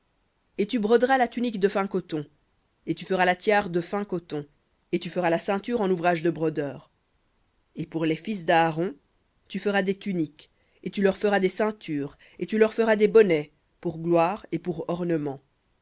et tu broderas la tunique de fin coton et tu feras la tiare de fin coton et tu feras la ceinture en ouvrage de brodeur et pour les fils d'aaron tu feras des tuniques et tu leur feras des ceintures et tu leur feras des bonnets pour gloire et pour ornement